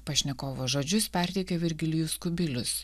pašnekovo žodžius perteikė virgilijus kubilius